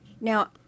Now